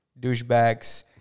douchebags